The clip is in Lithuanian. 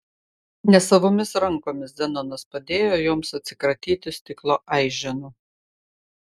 nesavomis rankomis zenonas padėjo joms atsikratyti stiklo aiženų